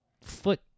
foot